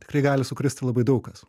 tikrai gali sukristi labai daug kas